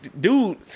dude